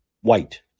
white